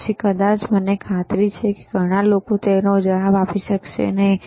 પછી કદાચ મને ખાતરી છે કે ઘણા લોકો તેનો જવાબ આપી શકશે નહીં